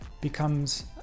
becomes